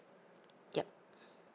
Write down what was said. yup